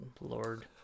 lord